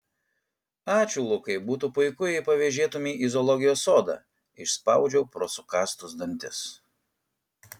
ačiū lukai būtų puiku jei pavėžėtumei į zoologijos sodą išspaudžiau pro sukąstus dantis